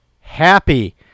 happy